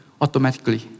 automatically